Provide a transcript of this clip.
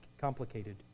complicated